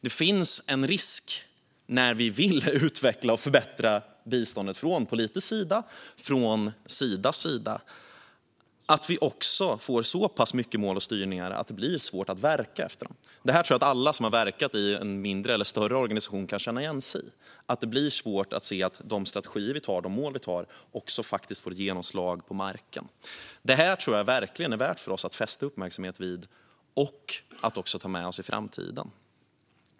Det finns en risk när vi vill utveckla och förbättra biståndet från politisk sida och från Sidas sida att det blir så mycket mål och styrning att det blir svårt att verka efter dem. Detta tror jag att alla som har verkat i en mindre eller större organisation kan känna igen sig i. Det blir svårt att se att mål och strategier får genomslag också på marken. Det är värt att fästa uppmärksamhet vid detta och att ha med det i framtiden.